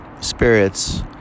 spirits